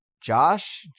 Josh